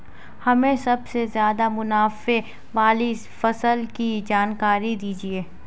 हमें सबसे ज़्यादा मुनाफे वाली फसल की जानकारी दीजिए